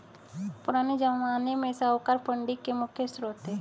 पुराने ज़माने में साहूकार फंडिंग के मुख्य श्रोत थे